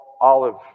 olive